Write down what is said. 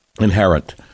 Inherent